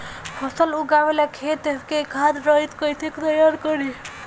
फसल उगवे ला खेत के खाद रहित कैसे तैयार करी?